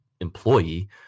employee